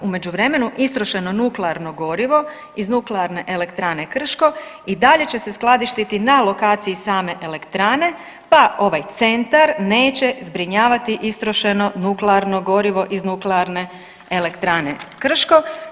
U međuvremenu istrošeno nuklearno gorivo iz nuklearne elektrane Krško i dalje će se skladištiti na lokaciji same elektrane, pa ovaj centar neće zbrinjavati istrošeno nuklearno gorivo iz nuklearne elektrane Krško.